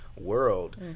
world